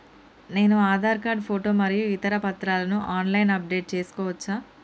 నేను Aadhaar card photo మరియు ఇతర పత్రాలను ఆన్ లైన్ అప్ డెట్ చేసుకోవచ్చా?